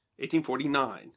1849